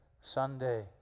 Sunday